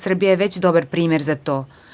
Srbija je već dobar primer za to.